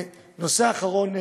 נושא אחרון,